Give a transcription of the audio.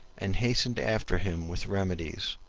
and hastened after him with remedies,